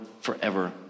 forever